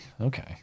Okay